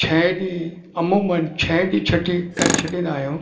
छहें ॾींहुं अमूमन छहें ॾींहुं छठी करे छॾींदा आहियूं